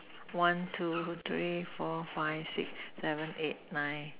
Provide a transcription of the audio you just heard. one two three four five six seven eight nine